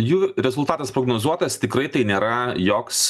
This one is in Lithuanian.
jų rezultatas prognozuotas tikrai tai nėra joks